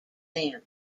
them